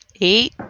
Eight